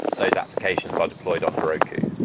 those applications are deployed on heroku.